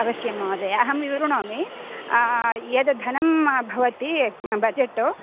अवश्यं महोदय अहं विवृणोमि यद् धनं भवति बजेट्